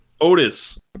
Otis